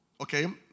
Okay